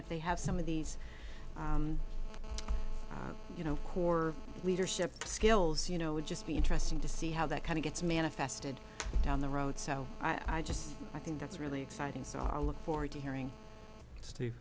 if they have some of these you know core leadership skills you know would just be interesting to see how that kind of gets manifested down the road so i just i think that's really exciting so i look forward to hearing